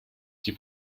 die